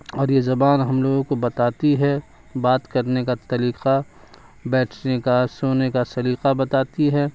اور یہ زباں اور ہم لوگوں بتاتی ہے بات کرنے کا طریقہ بیٹھنے کا سونے کا سلیقہ بتاتی ہے